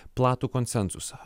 platų konsensusą